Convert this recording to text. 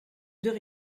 deux